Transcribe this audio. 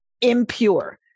impure